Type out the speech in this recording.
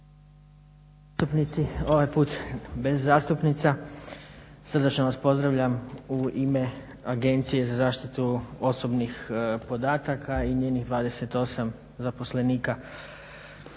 ovaj put bez zastupnica, srdačno vas pozdravljam u ime Agencije za zaštitu osobnih podataka i njenih 28 zaposlenika.